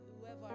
whoever